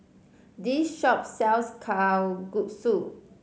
this shop sells Kalguksu